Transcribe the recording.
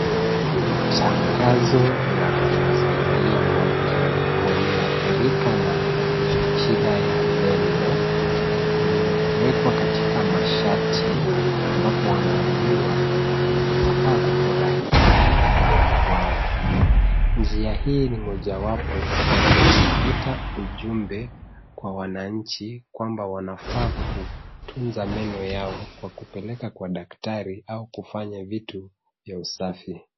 Tangazo la kuwasaidia watu walioadhirika na shida ya meno limewekwa katika mashati ambapo wanaambiwa wanakufurahia midomo yao. Njia hii ni mojawapo ya kuleta ujumbe kwa wananchi wanafaa kutunza meno yao kwa kupeleka kwa daktari au kufanya vitu vya usafi.